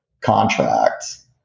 contracts